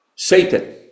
Satan